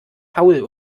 faul